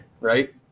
Right